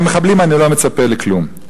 מהמחבלים אני לא מצפה לכלום.